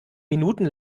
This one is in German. minuten